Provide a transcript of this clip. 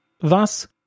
Thus